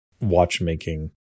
watchmaking